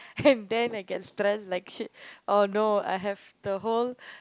and then I get stressed like shit oh no I have the whole